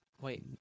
Wait